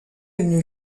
une